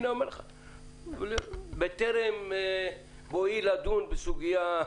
בטרם בואי לדון בסוגיה,